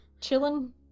chilling